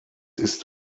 ist